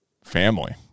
family